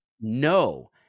no